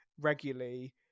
regularly